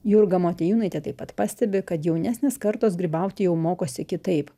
jurga motiejūnaitė taip pat pastebi kad jaunesnės kartos grybauti jau mokosi kitaip